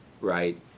right